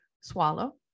swallow